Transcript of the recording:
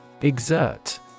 Exert